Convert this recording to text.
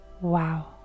Wow